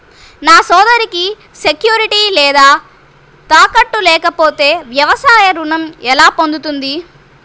నా సోదరికి సెక్యూరిటీ లేదా తాకట్టు లేకపోతే వ్యవసాయ రుణం ఎలా పొందుతుంది?